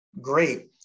great